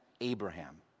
Abraham